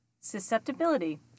susceptibility